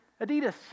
Adidas